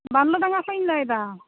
ᱵᱟᱸᱫᱷᱞᱳᱰᱟᱝᱜᱟ ᱠᱷᱚᱡ ᱤᱧ ᱞᱟᱹᱭᱮᱫᱟ